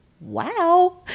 Wow